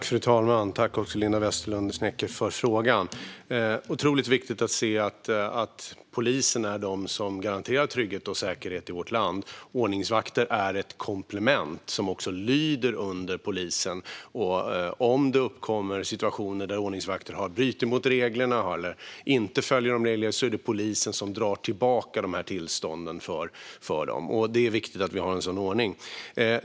Fru talman! Tack, Linda Westerlund Snecker, för frågan! Det är otroligt viktigt att se att det är polisen som garanterar trygghet och säkerhet i vårt land. Ordningsvakter är ett komplement, som lyder under polisen. Om det uppkommer situationer där ordningsvakter bryter mot reglerna är det polisen som drar tillbaka tillstånden för dem. Det är viktigt att vi har en sådan ordning.